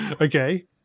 Okay